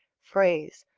phrase,